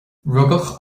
rugadh